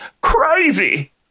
crazy